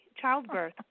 Childbirth